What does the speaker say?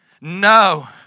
No